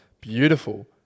beautiful